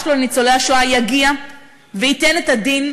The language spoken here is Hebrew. שלו לניצולי השואה יגיע וייתן את הדין,